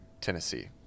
Tennessee